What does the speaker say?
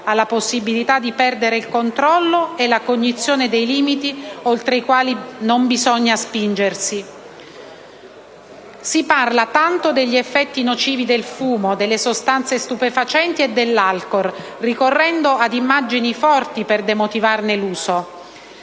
alla possibilità di perdere il controllo e alla cognizione dei limiti oltre i quali non bisogna spingersi. Si parla tanto degli effetti nocivi del fumo, delle sostanze stupefacenti e dell'alcol, ricorrendo ad immagini forti per demotivarne l'uso: